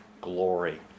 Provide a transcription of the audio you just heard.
glory